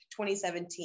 2017